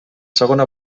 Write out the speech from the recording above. segona